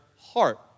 heart